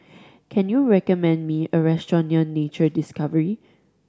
can you recommend me a restaurant near Nature Discovery